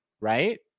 right